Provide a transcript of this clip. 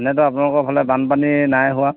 এনেতো আপোনোকৰ ফালে বানপানী নাই হোৱা